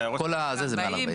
כל הזה זה מעל 40. 40,